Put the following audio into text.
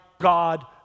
God